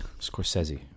Scorsese